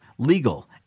legal